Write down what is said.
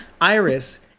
iris